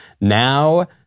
Now